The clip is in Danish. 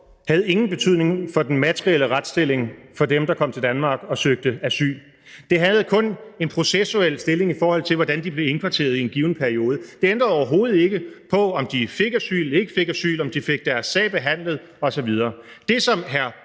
gjorde, ingen betydning havde for den materielle retsstilling for dem, der kom til Danmark og søgte asyl. Det havde kun betydning for en processuel stilling, i forhold til hvordan de blev indkvarteret i en given periode. Det ændrede overhovedet ikke på, om de fik asyl, om de ikke fik asyl, eller om de fik deres sag behandlet osv. Det, som hr.